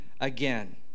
again